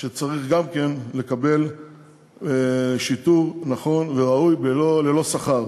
שצריך גם כן לקבל שיטור נכון וראוי, ללא שכר.